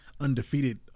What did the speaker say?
undefeated